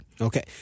Okay